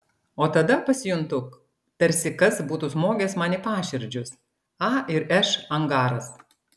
o tada pasijuntu tarsi kas būtų smogęs man į paširdžius a ir š angaras